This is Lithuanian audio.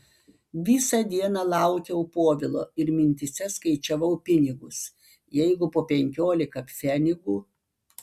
visą dieną laukiau povilo ir mintyse skaičiavau pinigus jeigu po penkiolika pfenigų